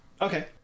Okay